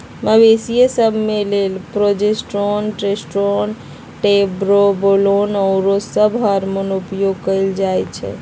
मवेशिय सभ के लेल प्रोजेस्टेरोन, टेस्टोस्टेरोन, ट्रेनबोलोन आउरो सभ हार्मोन उपयोग कयल जाइ छइ